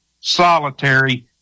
solitary